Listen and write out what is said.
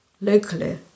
locally